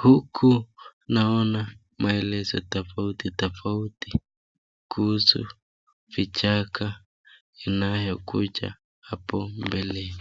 Huku naona maelezo tofauti tofauti kuhusu vichaka inayokuja apo mbele.